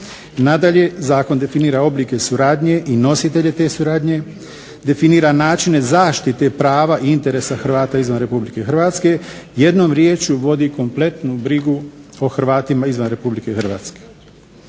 Nadalje, zakon definira oblike suradnje i nositelje te suradnje, definira načine zaštite i prava interesa Hrvata izvan RH jednom riječju vodi kompletnu brigu o Hrvata izvan RH.